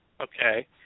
okay